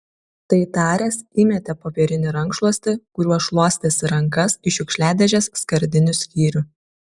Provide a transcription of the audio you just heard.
tai taręs įmetė popierinį rankšluostį kuriuo šluostėsi rankas į šiukšliadėžės skardinių skyrių